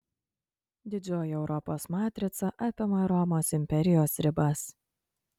didžioji europos matrica apima romos imperijos ribas